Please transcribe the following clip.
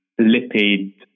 lipid